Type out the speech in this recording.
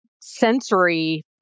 sensory